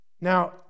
Now